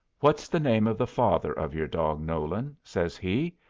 what's the name of the father of your dog, nolan? says he.